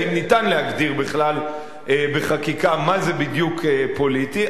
האם ניתן להגדיר בכלל בחקיקה מה זה בדיוק "פוליטי",